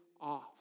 off